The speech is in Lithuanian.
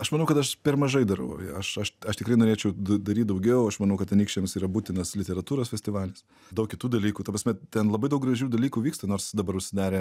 aš manau kad aš per mažai darau aš aš aš tikrai norėčiau daryt daugiau aš manau kad anykščiams yra būtinas literatūros festivalis daug kitų dalykų ta prasme ten labai daug gražių dalykų vyksta nors dabar užsidarė